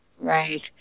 right